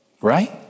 Right